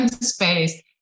space